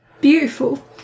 beautiful